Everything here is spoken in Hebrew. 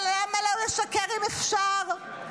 אבל למה לא לשקר, אם אפשר?